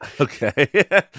Okay